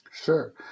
Sure